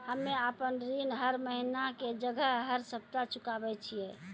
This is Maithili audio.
हम्मे आपन ऋण हर महीना के जगह हर सप्ताह चुकाबै छिये